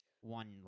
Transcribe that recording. one